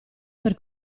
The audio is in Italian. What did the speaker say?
per